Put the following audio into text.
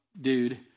dude